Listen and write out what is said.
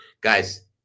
guys